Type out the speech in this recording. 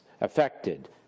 affected